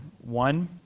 One